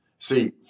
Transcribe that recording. See